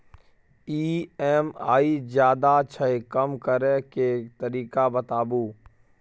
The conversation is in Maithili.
ई.एम.आई ज्यादा छै कम करै के तरीका बताबू?